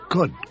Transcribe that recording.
Good